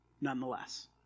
nonetheless